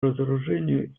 разоружению